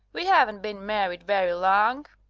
we haven't been married very long.